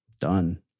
done